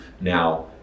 now